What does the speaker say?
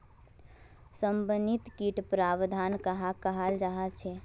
समन्वित किट प्रबंधन कहाक कहाल जाहा झे?